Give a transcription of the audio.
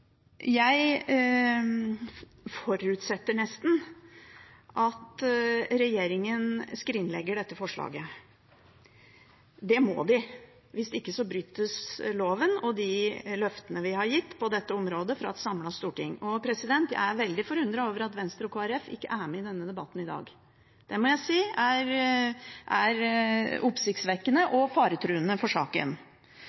Jeg forutsetter, nesten, at regjeringen skrinlegger dette forslaget. Det må den, hvis ikke brytes loven og de løftene et samlet storting har gitt på dette området. Og jeg er veldig forundret over at Venstre og Kristelig Folkeparti ikke er med i denne debatten i dag. Det må jeg si er oppsiktsvekkende og faretruende for saken. Så er